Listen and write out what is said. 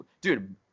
dude